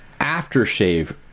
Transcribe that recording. aftershave